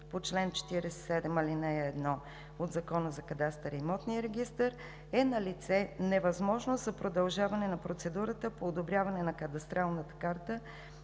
по чл. 47, ал. 1 от Закона за кадастъра и имотния регистър е налице невъзможност за продължаване на процедурата по одобряване на кадастралната карта